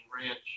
ranch